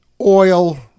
oil